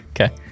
Okay